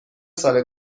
سال